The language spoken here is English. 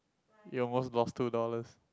you almost lost two dollars